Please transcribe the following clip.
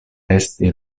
esti